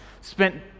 spent